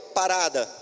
parada